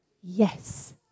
yes